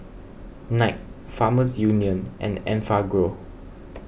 Knight Farmers Union and Enfagrow